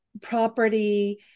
property